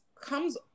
comes